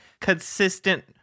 consistent